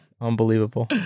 Unbelievable